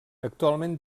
actualment